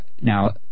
Now